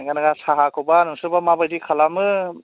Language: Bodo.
नोङा नोङा साहाखौबा नोंसोरबा माबायदि खालामो